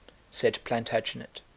said plantagenet,